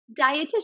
dietitian